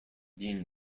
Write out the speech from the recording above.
being